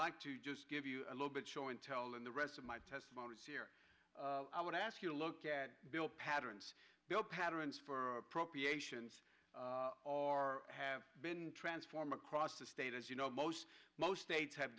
like to just give you a little bit show and tell and the rest of my testimony is here i would ask you to look at bill patterns bill patterns for appropriations are have been transform across the state as you know most most states have